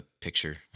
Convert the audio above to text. picture